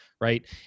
right